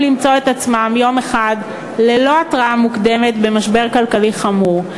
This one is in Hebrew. למצוא את עצמם יום אחד ללא התראה מוקדמת במשבר כלכלי חמור.